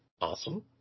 awesome